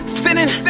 sinning